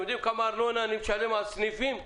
יודעים כמה ארנונה אני משלם על סניפים?